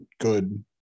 good